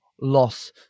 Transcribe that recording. loss